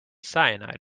cyanide